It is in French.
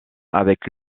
avec